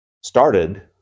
started